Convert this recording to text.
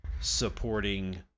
supporting